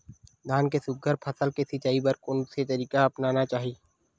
धान के सुघ्घर फसल के सिचाई बर कोन से तरीका अपनाना चाहि?